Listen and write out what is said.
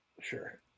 Sure